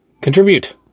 Contribute